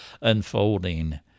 unfolding